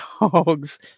dogs